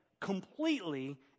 completely